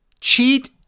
Cheat